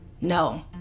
no